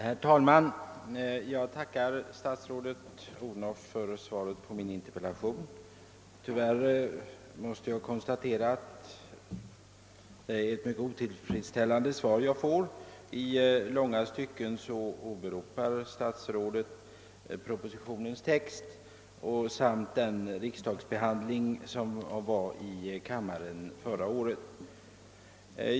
Herr talman! Jag tackar statsrådet Odhnoff för svaret på min interpellation. Tyvärr måste jag konstatera att det är ett mycket otillfredsställande svar jag fått. I långa stycken åberopar statsrådet propositionens text samt riksdagsbehandlingen av frågan förra året.